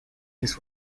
this